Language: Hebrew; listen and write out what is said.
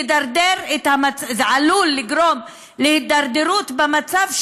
וזה עלול לגרום להידרדרות במצב,